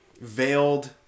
veiled